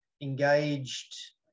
engaged